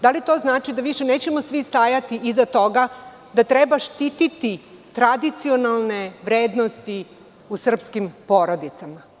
Da li to znači da više nećemo svi stajati iza toga da treba štititi tradicionalne vrednosti u srpskim porodicama?